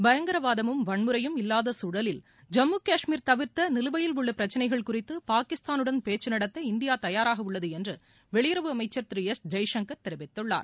பயங்கரவாதமும் வன்முறையும் இல்லாத சூழலில் நிலுவையில் உள்ள பிரச்சனைகள் குறித்து பாகிஸ்தூனுடன் பேச்சு நடத்த இந்தியா தயாராக உள்ளது என்று வெளியுறவு அமைச்சர் திரு எஸ் ஜெய்சங்கர் தெரிவித்துள்ளார்